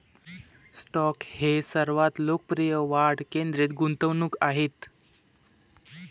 stock हे सर्वात लोकप्रिय वाढ केंद्रित गुंतवणूक आहेत